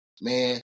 Man